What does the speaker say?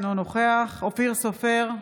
אינו נוכח אופיר סופר,